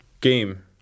Game